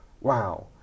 Wow